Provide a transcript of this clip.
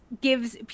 gives